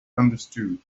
understood